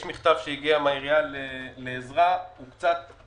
יש מכתב שהגיע מהעירייה בבקשת עזרה - לטעמי